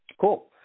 cool